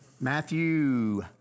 Matthew